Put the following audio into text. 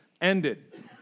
ended